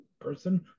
person